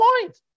point